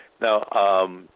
Now